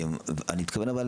אבל,